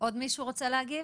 עוד מישהו רוצה להגיב?